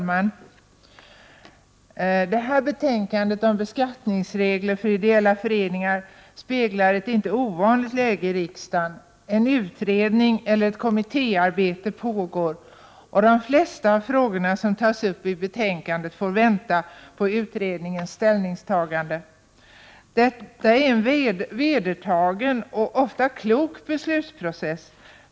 Herr talman! Detta betänkande om beskattningsregler för ideella föreningar speglar ett inte ovanligt läge i riksdagen: en utredning eller ett kommittéarbete pågår, och de flesta av frågorna som tas upp i betänkandet får vänta på utredningens ställningstagande. Detta är en vedertagen och ofta klok beslutsprocess.